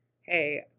Hey